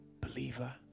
believer